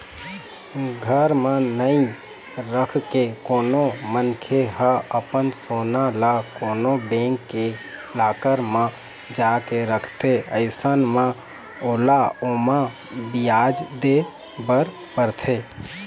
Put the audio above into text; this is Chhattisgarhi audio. घर म नइ रखके कोनो मनखे ह अपन सोना ल कोनो बेंक के लॉकर म जाके रखथे अइसन म ओला ओमा बियाज दे बर परथे